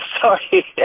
Sorry